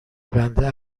بنده